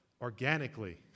organically